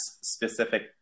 specific